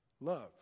love